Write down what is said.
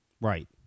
Right